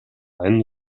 einen